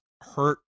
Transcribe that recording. hurt